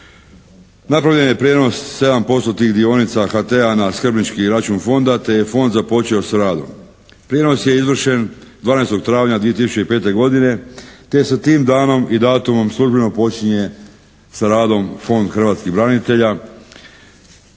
Napravljen je prijenos 7% tih dionica HT-a na skrbnički račun fonda te je fond započeo s radom. Prijenos je izvršen 12. travnja 2005. godine te sa tim danom i datumom službeno počinje sa radom Fond hrvatskih branitelja